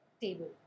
table